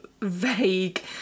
vague